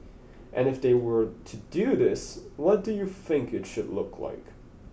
and if they were to do this what do you think it should look like